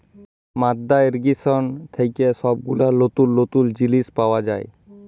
মাদ্দা ইর্রিগেশন থেক্যে সব গুলা লতুল লতুল জিলিস পাওয়া যায়